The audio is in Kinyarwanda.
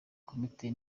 komite